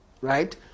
right